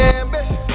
ambition